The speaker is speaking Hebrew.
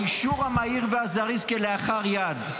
האישור המהיר והזריז כלאחר יד,